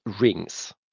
rings